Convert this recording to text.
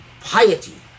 piety